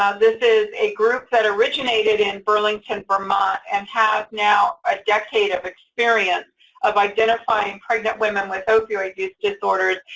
um this is a group that originated in burlington, vermont and have now a decade of experience of identifying pregnant women with opioid use disorders,